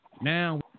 Now